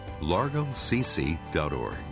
largocc.org